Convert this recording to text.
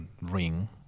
ring